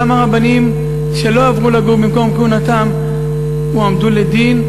כמה רבנים שלא עברו לגור במקום כהונתם הועמדו לדין,